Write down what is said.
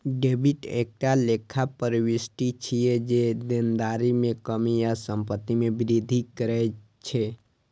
debit एकटा लेखा प्रवृष्टि छियै, जे देनदारी मे कमी या संपत्ति मे वृद्धि करै छै